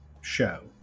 show